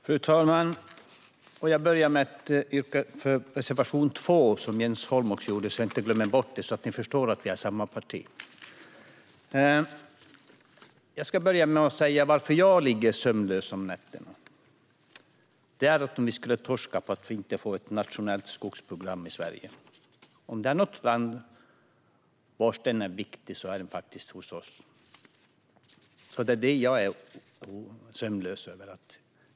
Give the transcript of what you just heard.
Fru talman! Jag börjar med att yrka bifall till reservation 2, som Jens Holm också yrkade på, så att ni förstår att vi är i samma parti. Jag ska börja med att berätta varför jag ligger sömnlös om nätterna. Jag är orolig för att vi skulle torska och inte få ett nationellt skogsprogram i Sverige. Om det är något land där det är viktigt med ett sådant program är det hos oss. Det är det jag ligger sömnlös över.